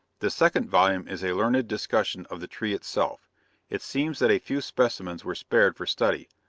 the second volume is a learned discussion of the tree itself it seems that a few specimens were spared for study,